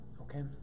okay